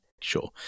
sure